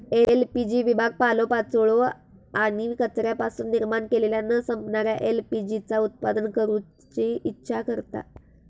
LPG विभाग पालोपाचोळो आणि कचऱ्यापासून निर्माण केलेल्या न संपणाऱ्या एल.पी.जी चा उत्पादन करूची इच्छा करता